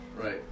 Right